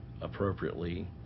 appropriately